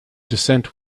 descent